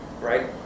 right